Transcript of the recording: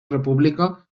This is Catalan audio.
república